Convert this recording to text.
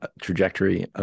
trajectory